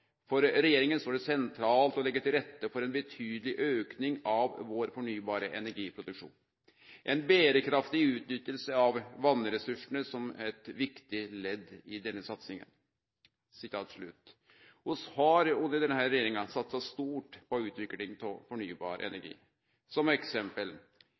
regjeringen står det sentralt å legge til rette for en betydelig økning av vår fornybare energiproduksjon. En bærekraftig utnyttelse av vannressursene er et viktig ledd i denne satsingen.» Vi har under denne regjeringa satsa stort på utvikling av fornybar energi. Som eksempel: